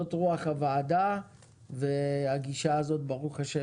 זאת רוח הוועדה והגישה הזאת ברוך השם